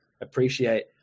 appreciate